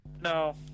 No